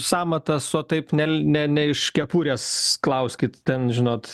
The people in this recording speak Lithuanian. sąmatas o taip ne ne ne iš kepurės klauskit ten žinot